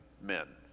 men